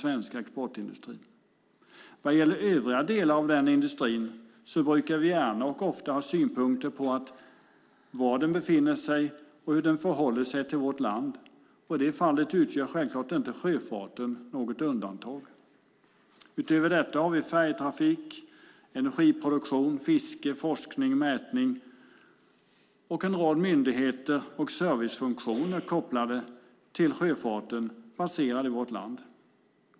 Vad gäller övriga delar av denna industri brukar vi ofta och gärna ha synpunkter på var den befinner sig och hur den förhåller sig till vårt land, och i det fallet utgör självklart sjöfarten inget undantag. Utöver detta har vi färjetrafik, energiproduktion, fiske, forskning, mätning och en rad myndigheter och servicefunktioner kopplade till sjöfarten baserade i vårt land.